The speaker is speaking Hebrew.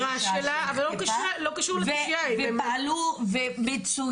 הם פעלו מצויין.